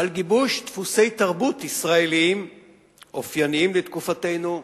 על גיבוש דפוסי תרבות ישראליים אופייניים לתקופתנו ועוד.